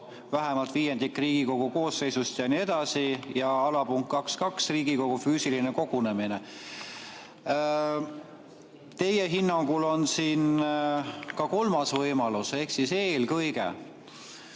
vähemalt viiendik Riigikogu koosseisust jne, ja punkt 2.2, Riigikogu füüsiline kogunemine. Teie hinnangul on siin ka kolmas võimalus ehk "eelkõige".